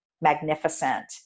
magnificent